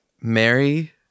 Mary